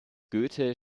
goethe